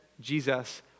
Jesus